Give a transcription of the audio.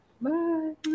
bye